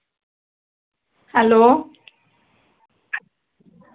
hello